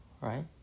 right